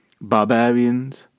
barbarians